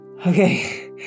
okay